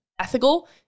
ethical